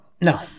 No